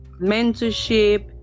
mentorship